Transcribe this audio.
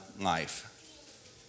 life